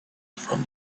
from